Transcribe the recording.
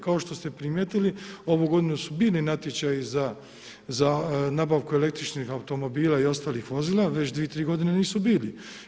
Kao što ste primijetili, ovu godinu su bili natječaji za nabavku električnih automobila i ostalih vozila, već 2, 3 godine nisu bili.